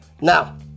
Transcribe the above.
Now